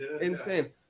Insane